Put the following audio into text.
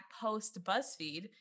post-BuzzFeed